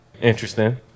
interesting